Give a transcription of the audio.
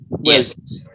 Yes